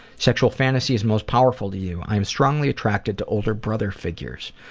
sexual fantasies most powerful to you? i am strongly attracted to older brother figures.